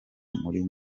muri